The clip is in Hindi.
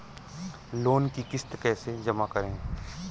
लोन की किश्त कैसे जमा करें?